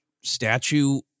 statue